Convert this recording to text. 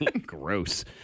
Gross